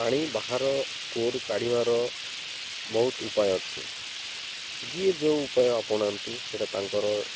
ପାଣି ବାହାର କୂଅରୁ କାଢ଼ିବାର ବହୁତ ଉପାୟ ଅଛି ଯିଏ ଯୋଉ ଉପାୟ ଅପଣାନ୍ତି ସେଇଟା ତାଙ୍କର